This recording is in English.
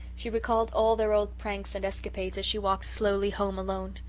she recalled all their old pranks and escapades as she walked slowly home alone.